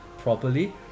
Properly